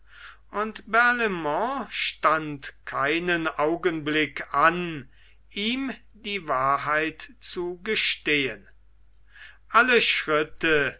und barlaimont stand keinen augenblick an ihm die wahrheit zu gestehen alle schritte